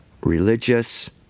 religious